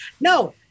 no